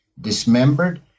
dismembered